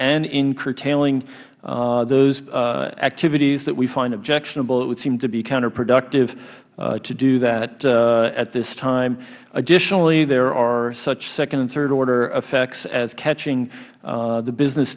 and in curtailing those activities that we find objectionable it would seem to be counterproductive to do that at this time additionally there are such second and third order effects as catching the business